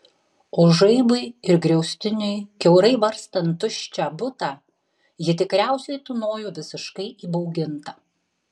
o žaibui ir griaustiniui kiaurai varstant tuščią butą ji tikriausiai tūnojo visiškai įbauginta